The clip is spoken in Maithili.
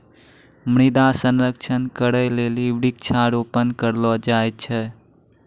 मृदा संरक्षण करै लेली वृक्षारोपण करलो जाय छै